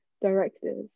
directors